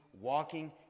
walking